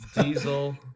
Diesel